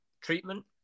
treatment